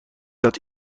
dat